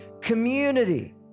community